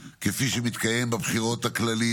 אדוני היושב-ראש, כנסת נכבדה,